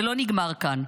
זה לא נגמר כאן.